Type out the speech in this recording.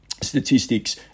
statistics